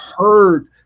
heard